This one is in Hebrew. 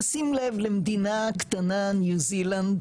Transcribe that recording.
נשים לב למדינה קטנה ניו זילנד,